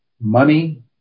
money